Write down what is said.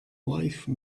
wife